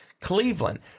Cleveland